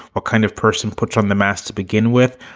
what kind of person puts on the mask to begin with?